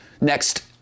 next